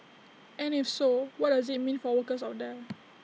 and if so what does IT mean for workers out there